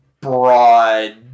broad